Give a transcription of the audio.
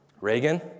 Reagan